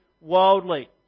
worldly